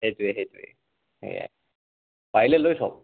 সেইটোৱে সেইটোৱে সেয়াই পাৰিলে লৈ থওঁক